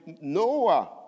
Noah